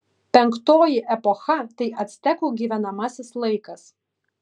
penktoji epocha tai actekų gyvenamasis laikas